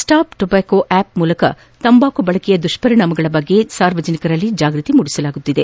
stop tobacco app ಮೂಲಕ ತಂಬಾಕು ಬಳಕೆಯ ದುಷ್ಷರಿಣಾಮಗಳ ಕುರಿತು ಸಾರ್ವಜನಿಕರಲ್ಲಿ ಜಾಗೃತಿ ಮೂಡಿಸಲಾಗುತ್ತಿದೆ